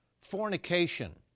fornication